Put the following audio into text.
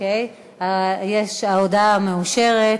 ההודעה מאושרת.